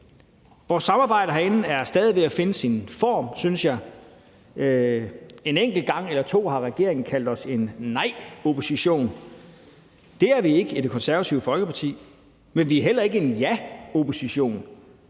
Vores samarbejde herinde er stadig ved at finde sin form, synes jeg. En enkelt gang eller to har regeringen kaldt os en nejopposition. Det er vi ikke i Det Konservative Folkeparti, men vi er heller ikke en jaopposition.